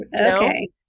okay